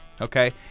Okay